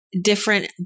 different